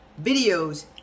videos